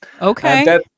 Okay